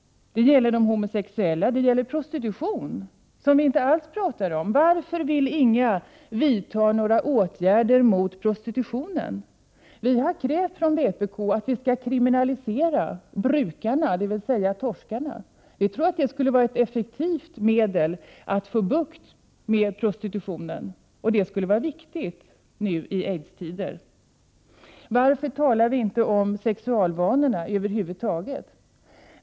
Det gäller de homosexuella, och det gäller prostitution, som vi inte alls talar om. Varför vill man inte vidta några åtgärder mot prostitutionen? Vi har från vpk krävt att man skall kriminalisera brukarna, dvs. torskarna. Vi tror att det skulle vara ett effektivt medel att få bukt med prostitutionen -- och det är viktigt nu i aidstider. Varför talar man inte om sexualvanorna över huvud taget?